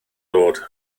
dod